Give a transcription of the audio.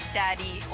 daddy